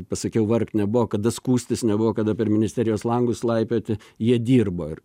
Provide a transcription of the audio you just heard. pasakiau vargt nebuvo kada skųstis nebuvo kada per ministerijos langus laipioti jie dirbo ir